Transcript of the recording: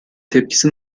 tepkisi